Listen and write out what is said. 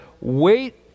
wait